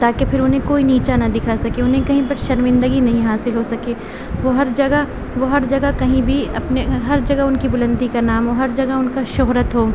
تاکہ پھر انہیں کوئی نیچا نہ دکھا سکے انہیں کہیں پر شرمندگی نہیں حاصل ہو سکے وہ ہر جگہ وہ ہر جگہ کہیں بھی اپنے ہر جگہ ان کی بلندی کا نام ہو ہر جگہ ان کا شہرت ہو